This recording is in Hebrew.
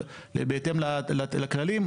אבל בהתאם לכללים,